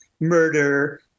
Murder